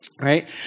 Right